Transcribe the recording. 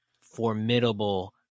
formidable